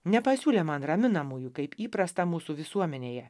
nepasiūlė man raminamųjų kaip įprasta mūsų visuomenėje